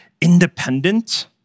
independent